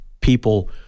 people